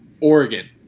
Oregon